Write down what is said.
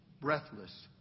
Breathless